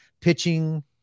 pitching